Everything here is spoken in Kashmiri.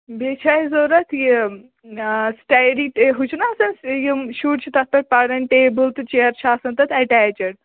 بیٚیہِ چھِ اَسہِ ضروٗرت یہِ سِٹیڈی ٹے ہُہ چھُنہٕ آسان یِم شُرۍ چھِ تَتھ پٮ۪ٹھ پَران ٹیبُل تہٕ چیر چھِ آسان تَتھ ایٹیچِڈ